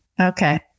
Okay